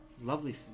lovely